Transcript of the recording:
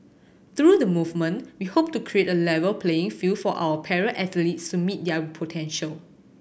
through the movement we hope to create a level playing field for our para athletes to meet their potential